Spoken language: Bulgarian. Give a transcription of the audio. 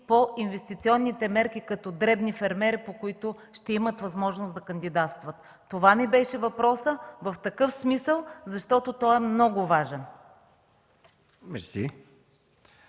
по инвестиционните мерки като дребни фермери, по които ще имат възможност да кандидатстват. За това ни беше въпросът, в такъв смисъл, защото той е много важен!